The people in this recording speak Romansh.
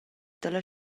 dalla